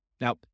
Now